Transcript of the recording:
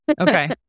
Okay